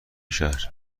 شهر